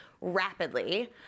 rapidly